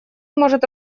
может